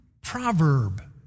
proverb